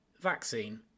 Vaccine